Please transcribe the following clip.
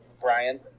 brian